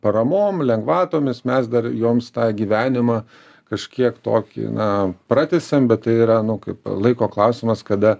paramom lengvatomis mes dar joms tą gyvenimą kažkiek tokį na pratęsiam bet tai yra nu kaip laiko klausimas kada